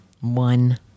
One